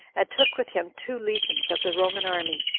and took with him two legions of the roman army,